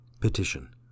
Petition